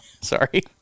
sorry